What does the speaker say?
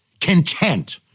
content